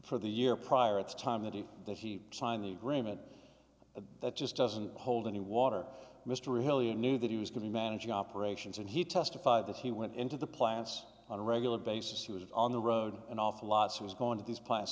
for the year prior it's time that he that he signed the agreement that just doesn't hold any water mr really knew that he was going to manage operations and he testified that he went into the plants on a regular basis he was on the road an awful lot he was going to these pla